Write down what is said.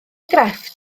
grefft